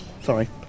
Sorry